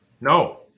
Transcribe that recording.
No